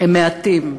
הם מעטים,